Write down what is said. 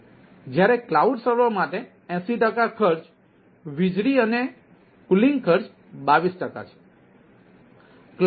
અને જ્યારે cloud server માટે 8૦ ટકા ખર્ચ વીજળી અને કુલિંગ ખર્ચ 22 ટકા છે